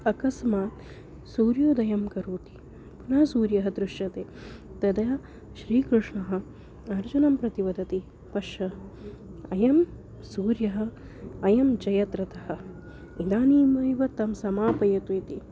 अकस्मात् सूर्योदयं करोति पुनः सूर्यः दृश्यते तदा श्रीकृष्णः अर्जुनं प्रति वदति पश्य अयं सूर्यः अयं जयद्रथः इदानीमेव तं समापयतु इति